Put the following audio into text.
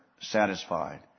satisfied